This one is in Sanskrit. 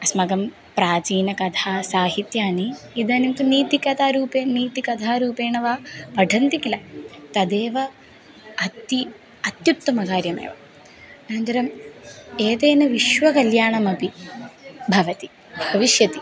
अस्माकं प्राचीनकथासाहित्यानि इदानीं तु नीतिकथा रूपेण नीतिकथा रूपेण वा पठन्ति किल तदेव अति अत्युत्तमं कार्यमेव अनन्तरम् एतेन विश्वकल्याणमपि भवति भविष्यति